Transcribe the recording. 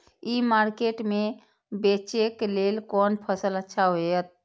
ई market में बेचेक लेल कोन फसल अच्छा होयत?